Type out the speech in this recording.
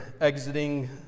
exiting